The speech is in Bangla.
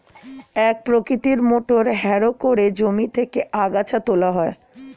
এক প্রকৃতির মোটর হ্যারো করে জমি থেকে আগাছা তোলা হয়